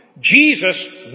Jesus